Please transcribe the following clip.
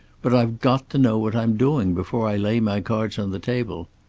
but i've got to know what i'm doing before i lay my cards on the table.